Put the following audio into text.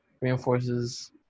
reinforces